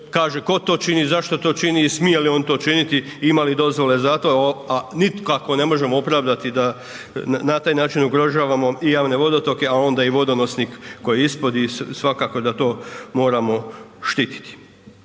kaže tko to čini, zašto to čini i smije li on to činiti i ima li dozvole za to, a nikako ne možemo opravdati da na taj način ugrožavamo i javne vodotoke, a onda i vodonosnik koji je ispod i svakako da to moramo štititi.